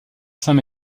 saint